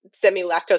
semi-lactose